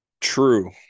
True